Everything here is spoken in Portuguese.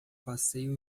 passeio